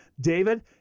David